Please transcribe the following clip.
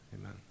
amen